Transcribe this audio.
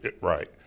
Right